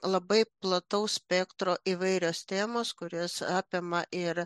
labai plataus spektro įvairios temos kurios apima ir